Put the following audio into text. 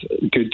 good